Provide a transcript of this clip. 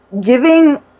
giving